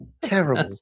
terrible